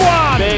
one